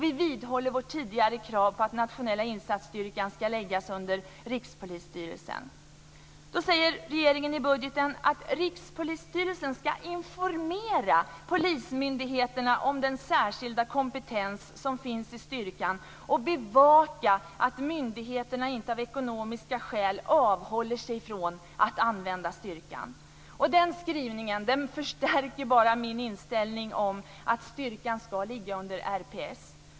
Vi vidhåller vårt tidigare krav om att Nationella insatsstyrkan ska läggas under "Rikspolisstyrelsen ska informera polismyndigheterna om den särskilda kompetens som finns i styrkan och bevaka att myndigheterna inte av ekonomiska skäl avhåller sig från att använda styrkan". Den skrivningen förstärker bara min inställning att styrkan ska ligga under RPS.